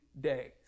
days